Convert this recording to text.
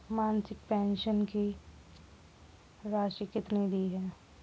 मासिक पेंशन की राशि कितनी दी जाती है?